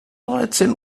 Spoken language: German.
dreizehn